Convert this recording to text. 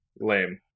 Lame